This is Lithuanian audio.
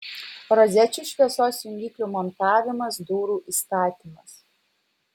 rozečių šviesos jungiklių montavimas durų įstatymas